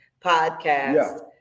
podcast